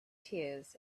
tears